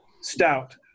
stout